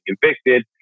convicted